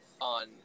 on